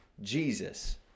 Jesus